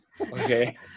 Okay